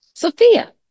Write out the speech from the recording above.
Sophia